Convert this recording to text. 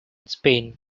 spain